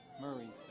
Murray